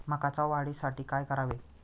मकाच्या वाढीसाठी काय करावे?